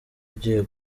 ugiye